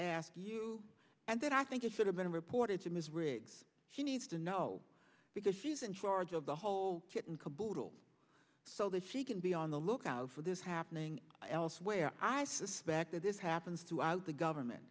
ask you and then i think you should have been reported to ms riggs she needs to know because she's in charge of the whole kit and caboodle so that she can be on the lookout for this happening elsewhere i suspect that this happens throughout the government